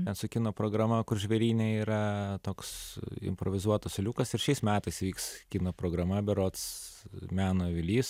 ten su kino programa kur žvėryne yra toks improvizuotas liukas ir šiais metais vyks kino programa berods meno avilys